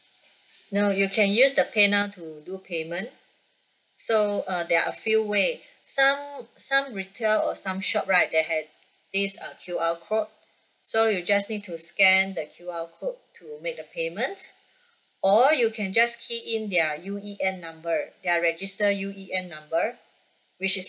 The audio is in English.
now you can use the pay now to do payment so uh there are a few way some some retail or some shop right there have this uh Q_R code so you just need to scan the Q_R code to make the payment or you can just key in their U_E_N number their registered U_E_N number which is